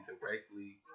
directly